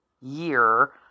year